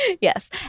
Yes